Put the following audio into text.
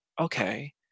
Okay